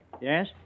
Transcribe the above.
Yes